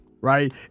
Right